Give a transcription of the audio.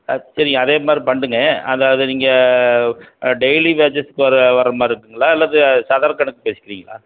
ஆ சரிங்க அதே மாதி ரி பண்ணிடுங்க அதை அதை நீங்கள் டெயிலி வேஜஸ்க்கு வர வர மாதிரி இருக்குதுங்களா இல்லது சதுர கணக்கு பேசுகிறிங்களா